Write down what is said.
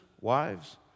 wives